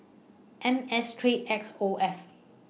M S three X O F